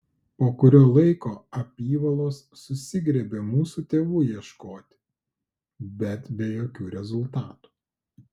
po kurio laiko apyvalos susigriebė mūsų tėvų ieškoti bet be jokių rezultatų